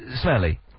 smelly